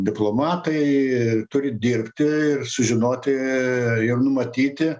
diplomatai turi dirbti ir sužinoti ir numatyti